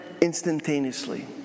instantaneously